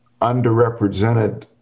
underrepresented